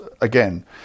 again